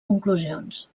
conclusions